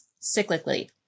cyclically